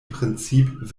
prinzip